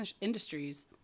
industries